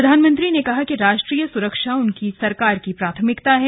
प्रधानमंत्री ने कहा कि राष्ट्रीय सुरक्षा उनकी सरकार की प्राथमिकता है